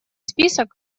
список